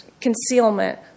concealment